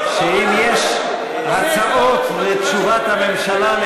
אמרתי שאם יש הצעות לתשובת הממשלה על